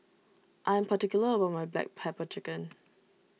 I am particular about my Black Pepper Chicken